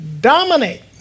dominate